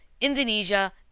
Indonesia